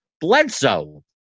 Bledsoe